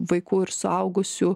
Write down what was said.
vaikų ir suaugusių